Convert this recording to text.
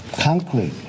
concrete